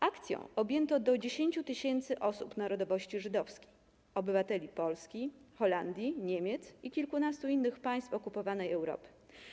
Akcją objęto do 10 tysięcy osób narodowości żydowskiej - obywateli Polski, Holandii, Niemiec i kilkunastu innych państw okupowanej Europy.